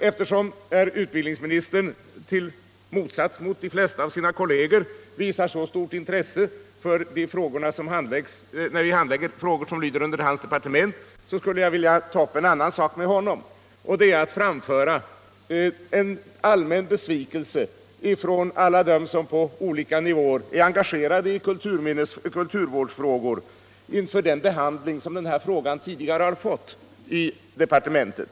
Eftersom herr utbildningsministern i motsats till de flesta av sina kolleger visar så stort intresse för debatten här när vi handlägger frågor som lyder under hans departement att han är närvarande, skulle jag vilja ta upp en annan sak och framföra till honom en allmän besvikelse från alla dem som på olika nivåer är engagerade i kulturvårdsfrågor över den behandling som den här frågan tidigare har fått i departementet.